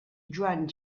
joan